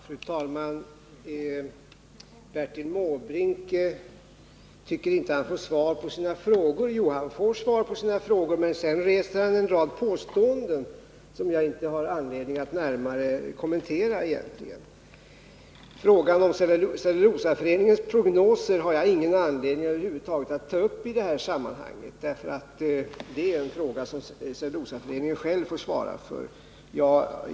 Fru talman! Bertil Måbrink tycker att han inte får svar på sina frågor. Jo, han får svar på sina frågor, men sedan reser han en rad påståenden som jag egentligen inte har någon anledning att närmare kommentera. Frågan om Cellulosaföreningens prognoser har jag över huvud taget ingen anledning att ta upp i detta sammanhang, därför att det är en fråga som Cellulosaföreningen får svara för.